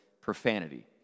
profanity